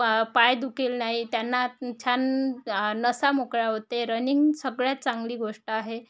पा पाय दुखेल नाही त्यांना छान नसा मोकळा होते रनिंग सगळ्यात चांगली गोष्ट आहे